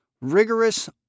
rigorous